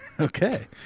Okay